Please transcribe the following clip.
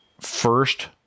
first